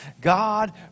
God